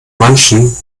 manchen